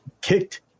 kicked